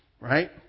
right